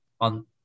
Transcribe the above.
on